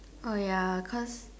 oh ya cause